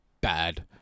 bad